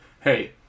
Hey